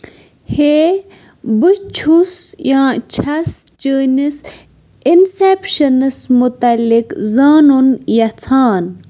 ہے بہٕ چھُس یا چھَس چٲنِس اِنسٮ۪پشَنَس مُتعلِق زانُن یژھان